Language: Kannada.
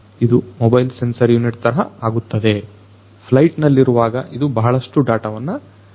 ಇದು ಮೊಬೈಲ್ ಸೆನ್ಸರ್ ಯೂನಿಟ್ ತರಹ ಆಗುತ್ತದೆ ಫ್ಲೈಟ್ ನಲ್ಲಿರುವಾಗ ಇದು ಬಹಳಷ್ಟು ಡಾಟಾವನ್ನು ಸಂಗ್ರಹಿಸುತ್ತದೆ